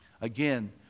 Again